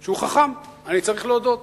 שהוא חכם, אני צריך להודות.